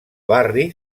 barri